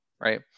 right